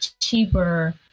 cheaper